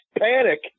panic